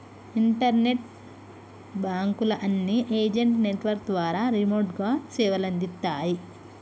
internet బాంకుల అన్ని agent network ద్వారా రిమోట్ గా సేవలందిత్తాయి